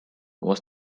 was